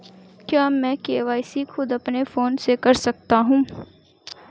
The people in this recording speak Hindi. क्या मैं के.वाई.सी खुद अपने फोन से कर सकता हूँ?